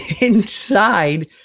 inside